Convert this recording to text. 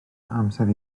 amser